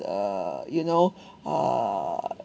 uh you know uh